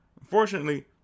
Unfortunately